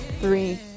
three